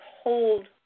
hold